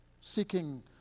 seeking